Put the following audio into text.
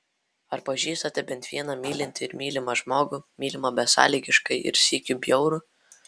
ar pažįstate bent vieną mylintį ir mylimą žmogų mylimą besąlygiškai ir sykiu bjaurų